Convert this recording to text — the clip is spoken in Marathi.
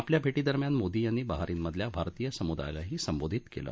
आपल्या भेटीदरम्यान मोदी यांनी बहारीनमधल्या भारतीय समुदायालाही संबोधित केलं